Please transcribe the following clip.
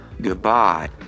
Goodbye